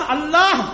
Allah